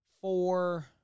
four